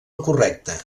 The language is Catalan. correcta